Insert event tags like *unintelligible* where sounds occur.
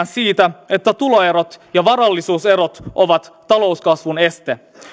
*unintelligible* siitä että tuloerot ja varallisuuserot ovat talouskasvun este